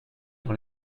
dans